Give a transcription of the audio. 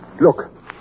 Look